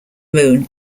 moon